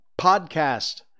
podcast